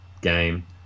game